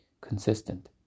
consistent